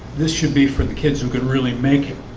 this should be for the kids who could really make